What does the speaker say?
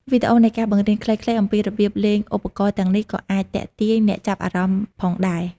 វីដេអូនៃការបង្រៀនខ្លីៗអំពីរបៀបលេងឧបករណ៍ទាំងនេះក៏អាចទាក់ទាញអ្នកចាប់អារម្មណ៍ផងដែរ។